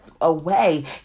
away